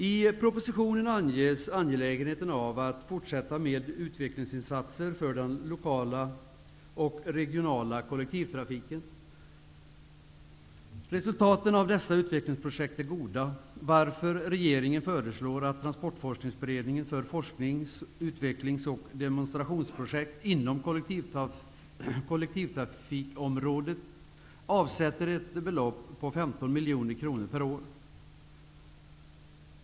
I propositionen anges angelägenheten av att fortsätta med utvecklingsinsatser för den lokala och regionala kollektivtrafiken. Resultaten av dessa utvecklingsprojekt är goda, varför regeringen föreslår att Transportforskningsberedningen för forsknings-, utvecklings och demonstrationsobjekt inom kollektivtrafikområdet avsätter ett belopp på 15 miljoner kronor per år.